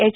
H